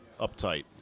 uptight